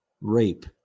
rape